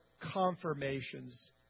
confirmations